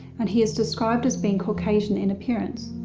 and he is described as being caucasian in appearance.